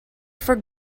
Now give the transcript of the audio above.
for